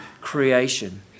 creation